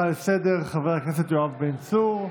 לסדר-היום חבר הכנסת יואב בן צור.